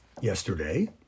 yesterday